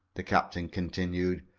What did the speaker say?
the captain continued.